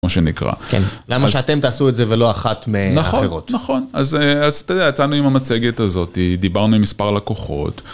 מה שנקרא, למה שאתם תעשו את זה ולא אחת מהאחרות? נכון, נכון. אז אתה יודע, יצאנו עם המצגת הזאתי, דיברנו עם מספר לקוחות.